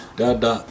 dada